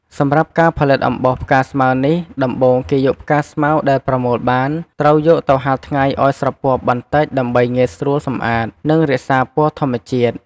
សម្រាប់ការផលិតអំបោសផ្កាស្មៅនេះ ដំបូងគេយកផ្កាស្មៅដែលប្រមូលបាន ត្រូវយកទៅហាលថ្ងៃឲ្យស្រពាប់បន្តិចដើម្បីងាយស្រួលសម្អាត និងរក្សាពណ៌ធម្មជាតិ។